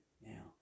Now